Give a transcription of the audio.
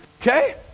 Okay